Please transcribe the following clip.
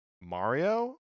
Mario